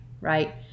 right